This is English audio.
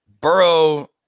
Burrow